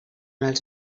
els